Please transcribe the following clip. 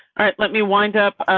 all right. let me wind up